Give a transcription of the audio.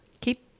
Keep